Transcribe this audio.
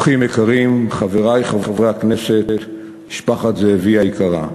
אורחים יקרים, חברי חברי הכנסת, משפחת זאבי היקרה,